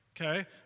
okay